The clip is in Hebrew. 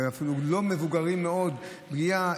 ואפילו לא מבוגרים מאוד: פגיעה,